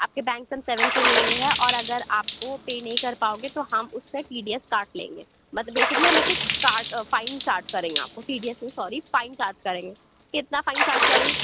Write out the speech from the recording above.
آپ کے بینک سے ہم سیون کے لے رہے ہیں اور اگر آپ وہ پے نہیں کر پاؤ گے تو ہم اُس سے ٹی ڈی ایس کاٹ لیں گے مطلب بیسیکلی ہم اسے کاٹ فائن چارج کریں گا آپ کو ٹی ڈی ایس نہیں ساری فائن چارج کریں گے کتنا فائن چارج کریں گے